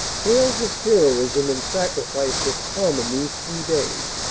tales of heroism and sacrifice were common these three days,